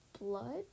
blood